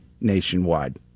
nationwide